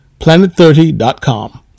planet30.com